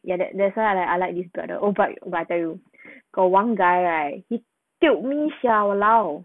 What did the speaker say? that that's why I like I like this brother oh but I tell you got one guy right he tiok me sia !walao!